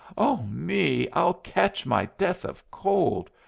oh, me! i'll catch my death of cold.